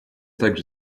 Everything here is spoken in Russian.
также